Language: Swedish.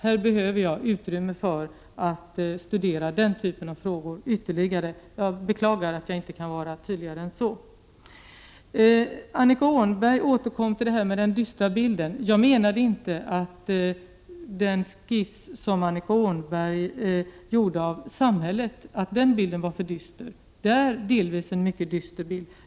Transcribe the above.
Jag behöver tid att studera den typen av frågor ytterligare. Jag beklagar att jag inte kan vara tydligare än så. Annika Åhnberg återkom till detta med den dystra bilden. Jag menade inte att den bild som Annika Åhnberg skisserade av samhället var för dyster. Det är delvis en mycket dyster bild.